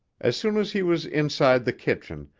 as soon as he was inside the kitchen,